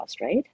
right